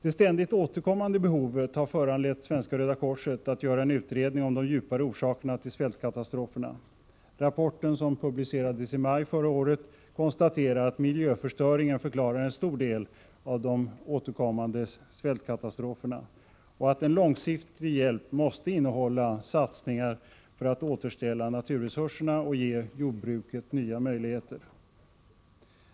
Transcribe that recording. Det ständigt återkommande behovet har föranlett Svenska röda korset att göra en utredning om de djupare orsakerna till svältkatastroferna. I rapporten, som publicerades i maj förra året, konstateras att miljöförstöringen förklarar en stor del av de återkommande svältkatastroferna och att en långsiktig hjälp måste innehålla satsningar på att återställa naturresurserna och ge jordbruket nya möjligheter.